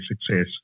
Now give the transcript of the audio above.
success